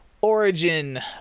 Origin